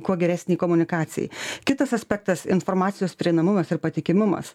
kuo geresnei komunikacijai kitas aspektas informacijos prieinamumas ir patikimumas